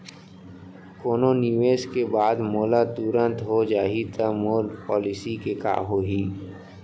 कोनो निवेश के बाद मोला तुरंत हो जाही ता मोर पॉलिसी के का होही?